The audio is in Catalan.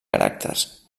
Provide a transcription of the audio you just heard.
caràcters